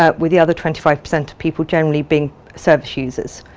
ah with the other twenty five percent of people generally being service users.